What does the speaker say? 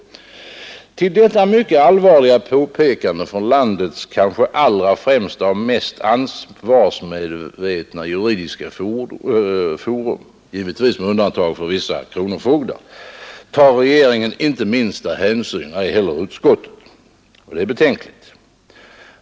Till detta mycket allvarliga påpekande från landets kanske allra främsta och mest ansvarsmedvetna juridiska forum — givetvis med undantag för vissa kronofogdar — tar regeringen inte minsta hänsyn och ej heller utskottet. Det är betänkligt.